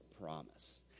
promise